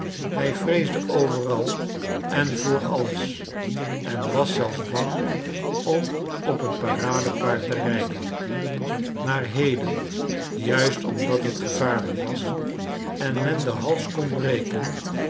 hij vreesde overal en voor alles en was zelfs bang om op een paradepaard te rijden maar heden juist omdat het gevaarlijk was en men den hals kon breken